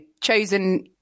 chosen